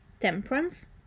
Temperance